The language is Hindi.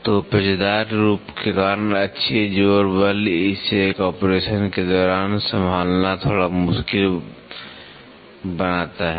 तो पेचदार रूप के कारण अक्षीय जोर बल इसे एक ऑपरेशन के दौरान संभालना थोड़ा मुश्किल बनाता है